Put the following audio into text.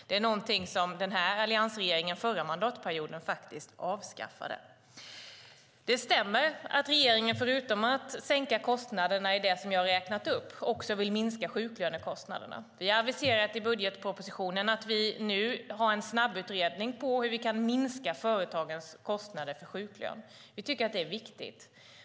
Det är något som alliansregeringen avskaffade förra mandatperioden. Det stämmer att regeringen, förutom att sänka kostnaderna i det som jag har räknat upp, vill minska sjuklönekostnaderna. Vi har i budgetpropositionen aviserat en snabbutredning om hur vi kan minska företagens kostnader för sjuklön. Vi tycker att det är viktigt.